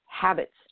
habits